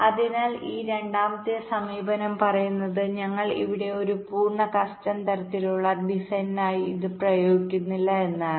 അതിനാൽ ഈ രണ്ടാമത്തെ സമീപനം പറയുന്നത് ഞങ്ങൾ ഇവിടെ ഒരു പൂർണ്ണ കസ്റ്റം തരത്തിലുള്ള ഡിസൈനിനായി ഇത് പ്രയോഗിക്കുന്നില്ല എന്നാണ്